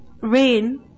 rain